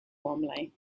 warmly